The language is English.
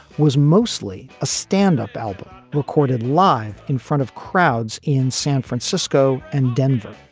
was mostly a standup album recorded live in front of crowds in san francisco and denver.